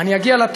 בזכות כחלון.